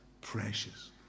precious